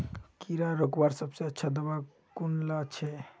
कीड़ा रोकवार सबसे अच्छा दाबा कुनला छे?